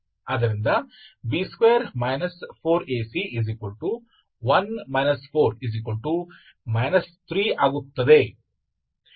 ಆದ್ದರಿಂದ B2 4AC1 4 3 ಆಗುತ್ತದೆ